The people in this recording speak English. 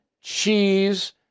cheese